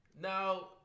Now